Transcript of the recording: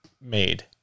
made